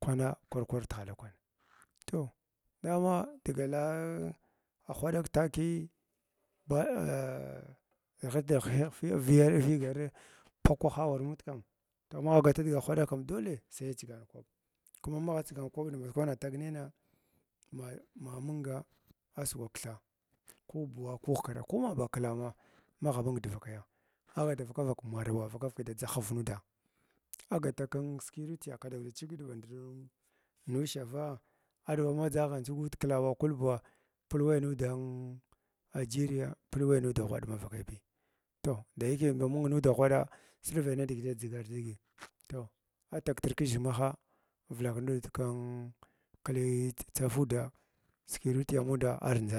kwana a kwar kwar tihala kwana toh ama dga la hwaɗag tzkiy ba ah righit righg hineha viya vigarin takwaha arawa nud kam toh magh fata dga hwaɗag kam dole sai atsigan kwaɓ kuma magh tsigan kwaɓa ndakwana atagnina ma munga asugwa kathaa ku buwa kuhkrɗa ko maba klawma maghmung dvakaya aghd vaka vak maraw vaka vak, daʒahar nuuɗa agata k skiritiya kasak da chigit ba ndar mu nushavaa arba hadʒaghani dʒag kuud klawa kul-buwa pilaway nuddann a jiriya pilwui nuda ghwaɗ man vakai bi toh dayake ndʒa mung nudah shwaɗa sirkai nidiga da dʒigari dʒigi toh, atagtr kʒhigmaha valak nud kin kli tsaguda skwitiyamuda ar ndʒana.